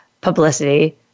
publicity